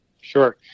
Sure